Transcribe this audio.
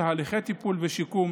תהליכי טיפול ושיקום,